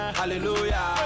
hallelujah